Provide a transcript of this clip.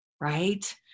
right